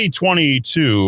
2022